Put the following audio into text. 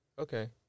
Okay